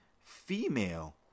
female